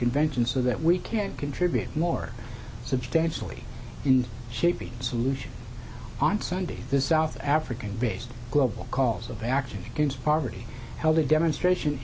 convention so that we can contribute more substantially in shaping a solution on sunday this south african based global cause of action against poverty held a demonstration